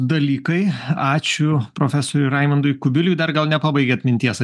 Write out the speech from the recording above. dalykai ačiū profesoriui raimundui kubiliui dar gal nepabaigėt minties